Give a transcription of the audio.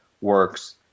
works